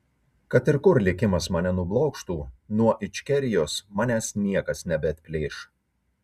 kad ir kur likimas mane nublokštų nuo ičkerijos manęs niekas nebeatplėš